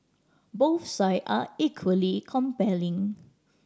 both side are equally compelling